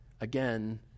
again